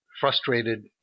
frustrated